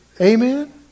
Amen